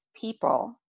people